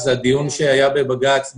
הדיון שהיה בבג"ץ,